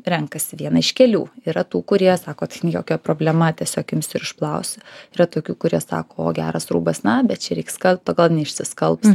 renkasi vieną iš kelių yra tų kurie sako tai jokia problema tiesiog imsiu ir išplausiu yra tokių kurie sako o geras rūbas na bet čia reik skalbt o gal neišsiskalbs